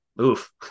Oof